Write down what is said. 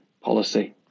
policy